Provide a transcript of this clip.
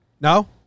no